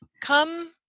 come